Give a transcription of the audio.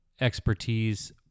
expertise